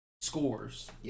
scores